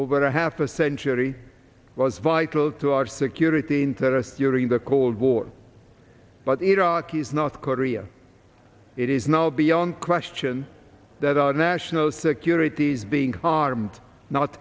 over a half a century was vital to our security interests during the cold war but iraq is not korea it is now beyond question that our national security is being harmed not